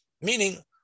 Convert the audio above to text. meaning